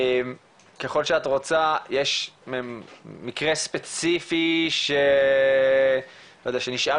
ככול שאת רוצה יש מקרה ספציפי שנשאר